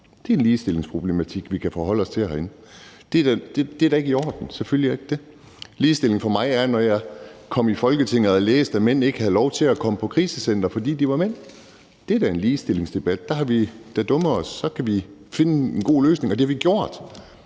Det er en ligestillingsproblematik, vi kan forholde os til herinde. For det er da ikke i orden, selvfølgelig er det ikke det. Ligestilling for mig handler om, at jeg, da jeg kom i Folketinget, læste, at mænd ikke havde lov til at komme på krisecenter, fordi de var mænd. Det er da en væsentlig ligestillingsdebat. Der har vi da dummet os, og så kan vi finde en god løsning, og det har vi